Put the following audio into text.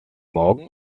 morgen